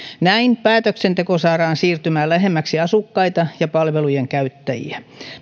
näin päätöksenteko saadaan siirtymään lähemmäksi asukkaita ja palvelujen käyttäjiä